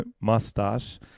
mustache